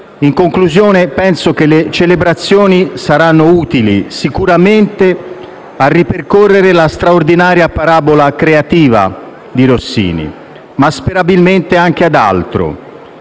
In conclusione, le celebrazioni saranno utili sicuramente a ripercorrere la straordinaria parabola creativa di Rossini, ma sperabilmente anche ad altro.